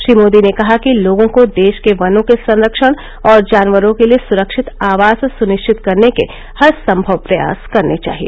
श्री मोदी ने कहा कि लोगों को देश के वनों के संरक्षण और जानवरों के लिए सुरक्षित आवास सुनिश्चित करने के हर संभव प्रयास करने चाहिए